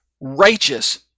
righteous